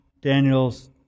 Daniel's